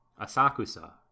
Asakusa